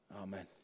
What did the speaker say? Amen